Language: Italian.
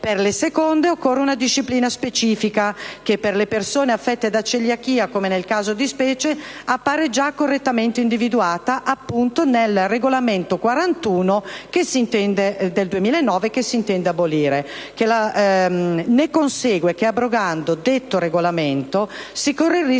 per le seconde occorre una disciplina specifica che, per le persone affette da celiachia come nel caso di specie, appare già correttamente individuata, appunto, nel regolamento 41/2009/CE che si intende abrogare. Ne consegue che abrogando detto regolamento si corre il rischio di un arretramento